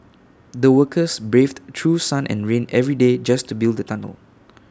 the workers braved through sun and rain every day just to build the tunnel